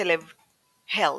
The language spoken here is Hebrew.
ו-"הכלב הלץ".